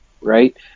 right